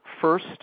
first